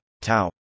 tau